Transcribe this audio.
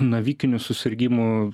navikinių susirgimų